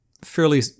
fairly